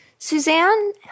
Suzanne